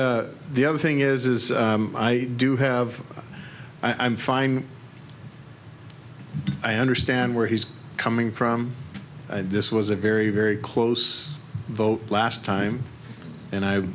the the other thing is i do have i'm fine i understand where he's coming from and this was a very very close vote last time and i